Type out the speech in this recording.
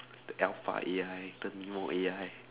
alpha A_I turn mode A_I